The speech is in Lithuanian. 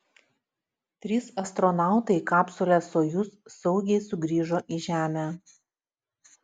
trys astronautai kapsule sojuz saugiai sugrįžo į žemę